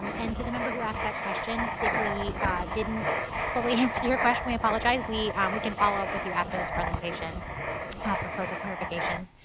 um and to the member who asked that question, if we didn't fully answer your question, we apologize. we um we can followup with you after this presentation ah for further clarification.